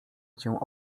cię